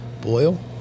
Boil